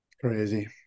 crazy